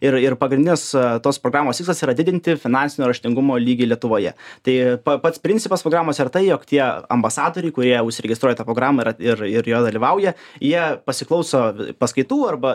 ir ir pagrindinės tos programos tikslas yra didinti finansinio raštingumo lygį lietuvoje tai pa pats principas programos yra tai jog tie ambasadoriai kurie užsiregistruoja į tą programą ir ir joj dalyvauja jie pasiklauso paskaitų arba